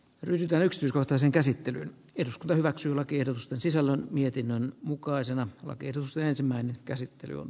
yritä yksityiskohtaisen käsittelyn eduskunta hyväksyy lakiehdotusten sisällön mietinnön mukaisena lakers ensimmäinen käsittely on